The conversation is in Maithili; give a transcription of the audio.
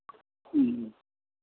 ह्म्म